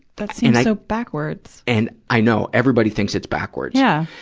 that seems so backwards. and, i know. everybody thinks it's backwards. yeah